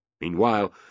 Meanwhile